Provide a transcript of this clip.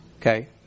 Okay